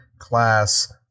class